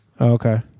Okay